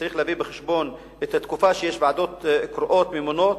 צריך להביא בחשבון את התקופה שיש ועדות קרואות ממונות.